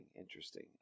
interesting